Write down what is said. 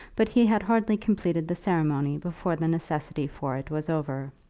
but he had hardly completed the ceremony before the necessity for it was over.